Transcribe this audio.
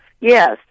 Yes